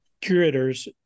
curators